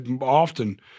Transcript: often